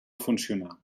funcionar